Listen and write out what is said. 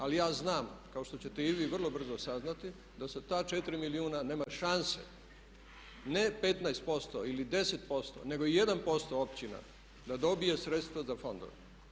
Ali ja znam kao što ćete i vi vrlo brzo saznati da se ta 4 milijuna nema šanse, ne 15% ili 10% nego i 1% općina da dobije sredstva za fondove.